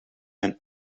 mijn